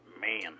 man